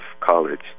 college